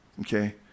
Okay